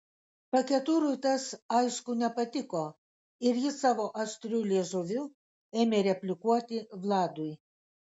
paketurui tas aišku nepatiko ir jis savo aštriu liežuviu ėmė replikuoti vladui